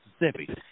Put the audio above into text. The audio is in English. Mississippi